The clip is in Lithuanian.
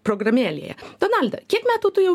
programėlėje donalda kiek metų tu jau